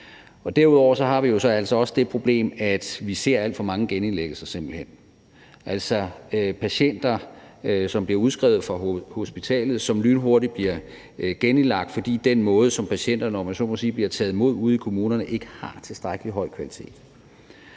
derudover har vi jo så altså også det problem, at vi ser alt for mange genindlæggelser, simpelt hen, altså patienter, som bliver udskrevet fra hospitalet, og som lynhurtigt bliver genindlagt, fordi den måde, som patienterne bliver taget imod på ude i kommunerne, om jeg så må sige, ikke har tilstrækkelig høj kvalitet.